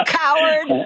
coward